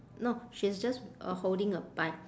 no she's just uh holding a bike